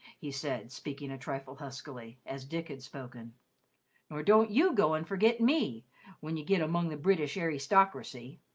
he said, speaking a trifle huskily, as dick had spoken nor don't you go and forget me when you get among the british arrystocracy.